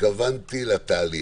התכוונתי לתהליך.